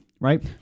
Right